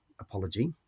apology